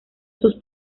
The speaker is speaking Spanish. sus